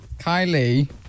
Kylie